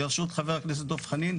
ברשות חה"כ לשעבר דב חנין,